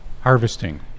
harvesting